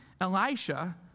Elisha